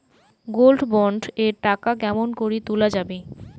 Gold bond এর টাকা কেমন করি তুলা যাবে?